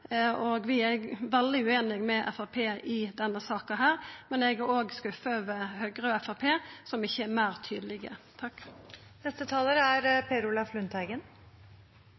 og vi er veldig ueinige med Framstegspartiet i denne saka. Eg er òg skuffa over Høgre og Framstegspartiet, som ikkje er meir tydelege. Årsaken til at dette ikke har gått bra, er